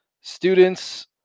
students